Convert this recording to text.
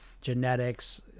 genetics